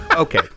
Okay